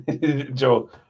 Joe